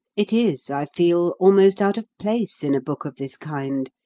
it is, i feel, almost out of place in a book of this kind.